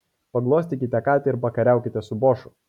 paglostykite katę ir pakariaukite su bošu